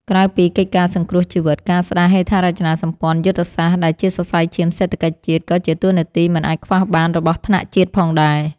ក្រៅពីកិច្ចការសង្គ្រោះជីវិត ការស្ដារហេដ្ឋារចនាសម្ព័ន្ធយុទ្ធសាស្ត្រដែលជាសរសៃឈាមសេដ្ឋកិច្ចជាតិ ក៏ជាតួនាទីមិនអាចខ្វះបានរបស់ថ្នាក់ជាតិផងដែរ។